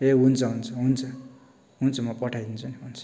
ए हुन्छ हुन्छ हुन्छ हुन्छ म पठाइदिन्छु नि हुन्छ